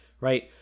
right